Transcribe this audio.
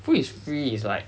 food is free is like